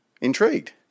Intrigued